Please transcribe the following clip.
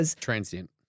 Transient